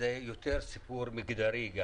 הוא יותר סיפור מגדרי.